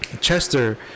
Chester